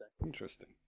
interesting